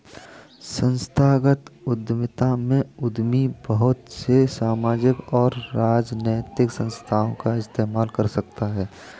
संस्थागत उद्यमिता में उद्यमी बहुत से सामाजिक और राजनैतिक संस्थाओं का इस्तेमाल कर सकता है